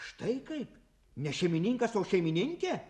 štai kaip ne šeimininkas o šeimininkė